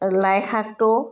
লাইশাকটো